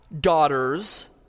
daughters